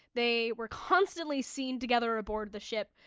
they were constantly seen together aboard the ship.